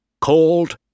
called